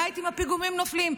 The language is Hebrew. בית עם פיגומים נופלים,